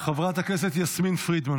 חברת הכנסת יסמין פרידמן,